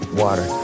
water